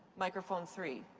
microphone three.